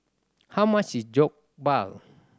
how much is Jokbal